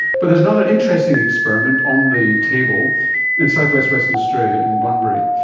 but there's another interesting experiment on the table in southwest western australia in bunbury,